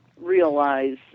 realize